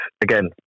again